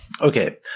Okay